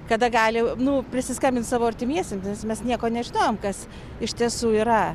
kada gali nu prisiskambint savo artimiesiems nes mes nieko nežinojom kas iš tiesų yra